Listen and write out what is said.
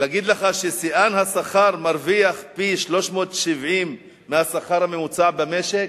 להגיד לך ששיאן השכר מרוויח פי-370 מהשכר הממוצע במשק?